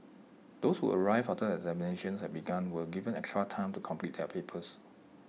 those who arrived after the examinations had begun were given extra time to complete their papers